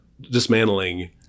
dismantling